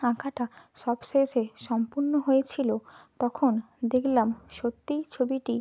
আঁকাটা সব শেষে সম্পূর্ণ হয়েছিলো তখন দেখলাম সত্যিই ছবিটি